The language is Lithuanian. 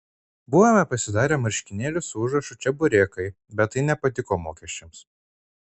buvome pasidarę marškinėlius su užrašu čeburekai bet tai nepatiko mokesčiams